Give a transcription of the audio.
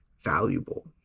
valuable